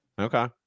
Okay